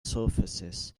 surfaces